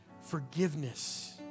Forgiveness